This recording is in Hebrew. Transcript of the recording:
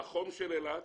בחום של אילת